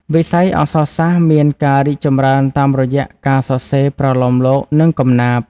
វិស័យអក្សរសាស្ត្រមានការរីកចម្រើនតាមរយៈការសរសេរប្រលោមលោក និងកំណាព្យ។